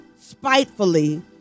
spitefully